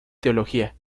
teología